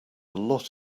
lot